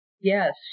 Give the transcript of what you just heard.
Yes